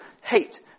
hate